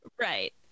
Right